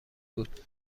بود